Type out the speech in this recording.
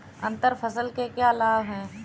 अंतर फसल के क्या लाभ हैं?